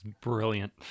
Brilliant